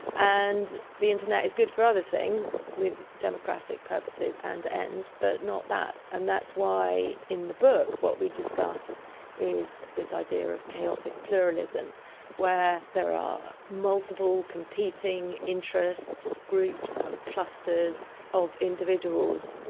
and the internet is good for other things with democratic purposes and ends, but not that, and that's why in the book what we discuss is this idea of chaotic pluralism where there are multiple competing interests, groups, kind of clusters of individuals,